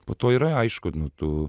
po to yra aišku tu